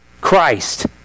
Christ